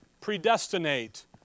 Predestinate